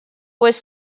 was